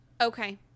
Okay